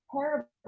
terrible